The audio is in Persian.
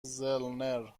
زلنر